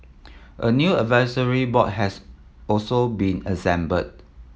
a new advisory board has also been assembled